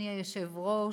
אדוני היושב-ראש,